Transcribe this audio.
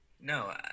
no